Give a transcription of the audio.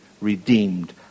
redeemed